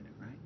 right